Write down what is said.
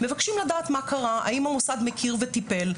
אנחנו מבקשים לדעת מה קרה, האם המוסד מכיר וטיפל.